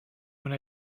when